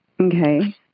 Okay